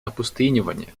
опустынивания